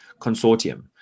consortium